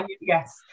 yes